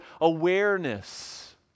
awareness